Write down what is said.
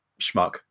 schmuck